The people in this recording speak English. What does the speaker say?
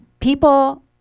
people